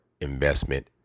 investment